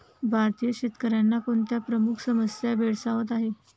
भारतीय शेतकऱ्यांना कोणत्या प्रमुख समस्या भेडसावत आहेत?